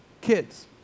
Kids